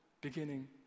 beginning